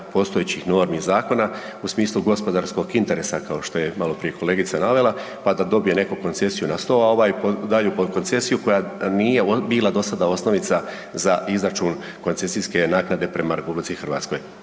postojećih normi zakona u smislu gospodarskog interesa, kao što je maloprije kolegica navela, pa da dobije neko koncesiju na 100, a ovaj daje u potkoncesiju koja nije bila do sada osnovica za izračun koncesijske naknade prema RH. Nadamo